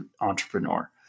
entrepreneur